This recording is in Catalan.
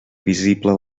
visible